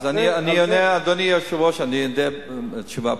אז אני עונה, אדוני היושב-ראש, תשובה פשוטה.